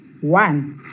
one